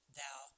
thou